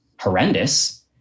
horrendous